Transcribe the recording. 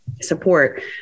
support